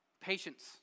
Patience